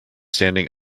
standing